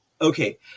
okay